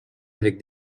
avant